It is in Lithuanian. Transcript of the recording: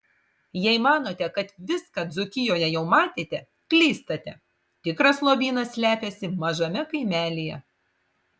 jei manote kad viską dzūkijoje jau matėte klystate tikras lobynas slepiasi mažame kaimelyje